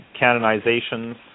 canonizations